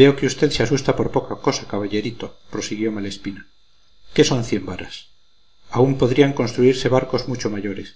veo que usted se asusta por poca cosa caballerito prosiguió malespina qué son varas aún podrían construirse barcos mucho mayores